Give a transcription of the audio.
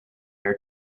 her